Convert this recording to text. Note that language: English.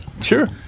Sure